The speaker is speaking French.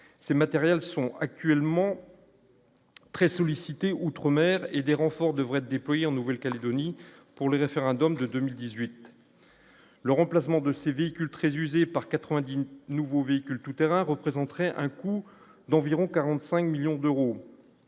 ces matériels sont actuellement. Très sollicité outre-mer et des renforts devraient être déployés en Nouvelle-Calédonie pour le référendum de 2018. Le remplacement de ces véhicules très usés par 99 nouveaux véhicules tout-terrain représenterait un coût d'environ 45 millions d'euros,